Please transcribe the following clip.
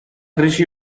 krisi